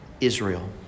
Israel